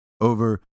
over